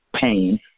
pain